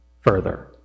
further